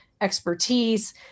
expertise